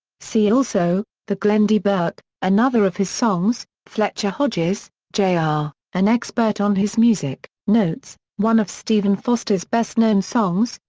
see also the glendy burke, another of his songs fletcher hodges, jr, ah an expert on his music notes one of stephen foster's best-known songs,